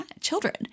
children